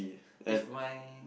if my